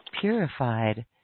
purified